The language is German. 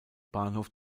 bahnhof